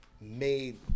made